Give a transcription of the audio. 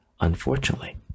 unfortunately